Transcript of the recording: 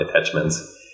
attachments